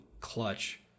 clutch